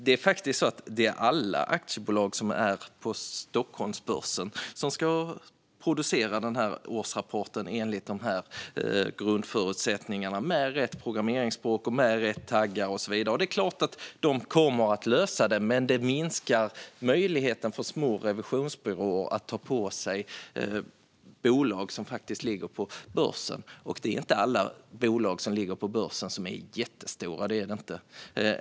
Det är faktiskt alla aktiebolag på Stockholmsbörsen som ska producera sin årsrapport enligt dessa grundförutsättningar, med rätt programmeringsspråk, rätt taggar och så vidare. Det är klart att de kommer att lösa det, men det minskar möjligheten för små revisionsbyråer att ta på sig bolag som ligger på börsen. Det är inte alla bolag som ligger på börsen som är jättestora.